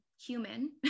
human